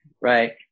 right